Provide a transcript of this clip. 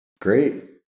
Great